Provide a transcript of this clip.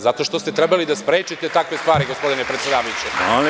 Zato što ste trebali da sprečite takve stvari gospodine predsedavajući.